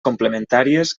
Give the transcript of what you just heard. complementàries